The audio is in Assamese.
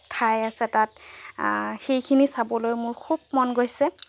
ঠাই আছে তাত আ সেইখিনি চাবলৈ মোৰ খুব মন গৈছে